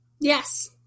Yes